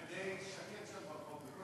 די שקט שם, ברחוב, בקושי יש תנועה.